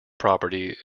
property